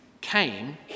came